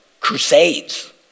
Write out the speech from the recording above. Crusades